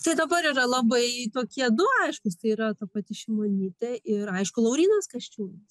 tai dabar yra labai tokie du aiškūs tai yra ta pati šimonytė ir aišku laurynas kasčiūnas